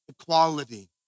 equality